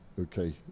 Okay